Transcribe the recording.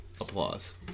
applause